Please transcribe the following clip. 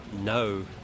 no